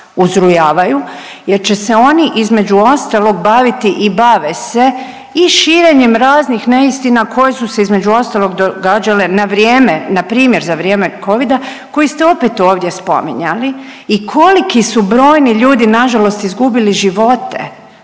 uzrujavaju jer će se oni između ostalog baviti i bave se i širenjem raznih neistina koje se u se između ostalog događale na vrijeme, npr. za vrijeme covid koji ste opet ovdje spominjali i koliki su brojni ljudi nažalost izgubili živote